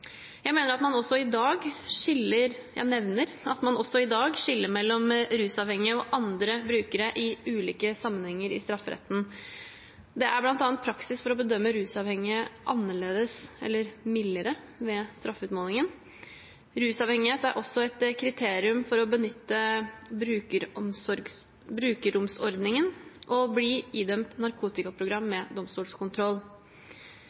Jeg nevner at man også i dag skiller mellom rusavhengige og andre brukere i ulike sammenhenger i strafferetten. Det er bl.a. praksis for å bedømme rusavhengige annerledes eller mildere ved straffutmålingen. Rusavhengighet er også et kriterium for å benytte brukerromsordningen og bli idømt narkotikaprogram